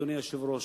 אדוני היושב-ראש,